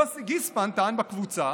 יוסי גיספן טען בקבוצה